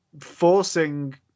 forcing